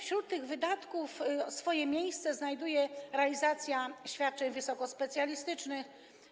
Wśród tych wydatków swoje miejsce znajduje także realizacja świadczeń wysokospecjalistycznych.